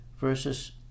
versus